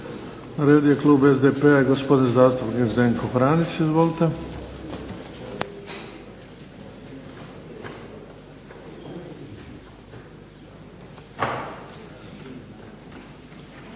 redu je klub SDP-a i gospodin zastupnik Zdenko Franić. Izvolite.